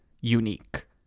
Unique